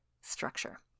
structure